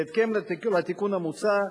בהתאם לתיקון המוצע,